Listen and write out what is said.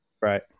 Right